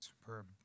Superb